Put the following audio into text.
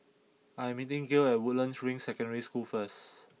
I am meeting Gael at Woodlands Ring Secondary School first